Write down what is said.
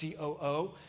coo